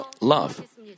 love